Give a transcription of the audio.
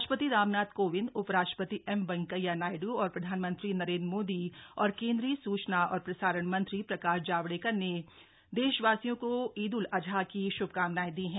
राष्ट्र ति रामनाथ कोविंद उ राष्ट्र ति एम वेंकैया नायडु और प्रधानमंत्री नरेंद्र मोदी और केंद्रीय सूचना और प्रसारण मंत्री प्रकाश जावड़ेकर ने देशवासियों को ईद उल अजहा की शुभकामनाएं दी है